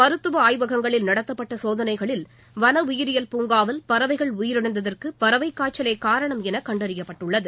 மருத்துவ ஆய்வகங்களில் நடத்தப்பட்ட சோதனைகளில் வன உயிரியல் பூங்காவில் பறவைகள் உயிரிழந்ததற்கு பறவைக் காய்ச்சலே காரணம் என கண்டறியப்பட்டுள்ளது